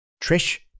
Trish